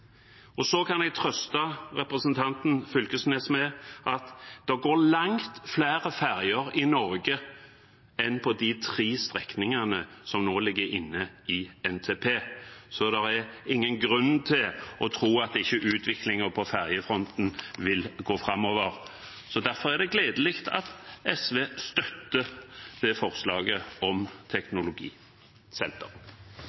kan trøste representanten Knag Fylkesnes med at det går langt flere ferger i Norge enn på de tre strekningene som nå ligger inne i NTP, så det er ingen grunn til å tro at ikke utviklingen på fergefronten vil gå framover. Derfor er det gledelig at SV støtter forslaget om